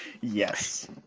yes